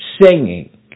singing